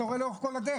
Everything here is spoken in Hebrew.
אתה רואה לאורך כל הדרך,